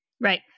Right